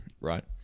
right